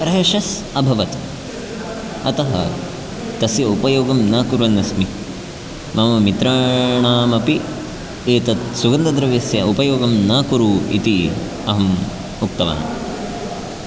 राशस् अभवत् अतः तस्य उपयोगं न कुर्वन्नस्मि मम मित्राणामपि एतत् सुगन्धद्रव्यस्य उपयोगं न कुरु इति अहं उक्तवान्